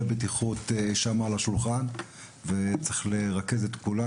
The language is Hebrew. בטיחות שם על השולחן וצריך לרכז את כולם,